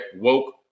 woke